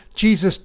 Jesus